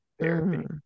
Therapy